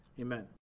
Amen